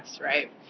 right